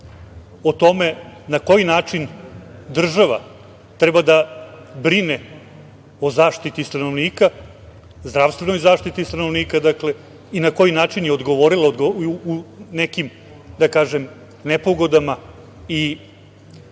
o tome na koji način država treba da brine o zaštiti stanovnika, zdravstvenoj zaštiti stanovnika i na koji način je odgovorila u nekim nepogodama i